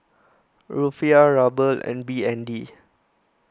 Rufiyaa Ruble and B N D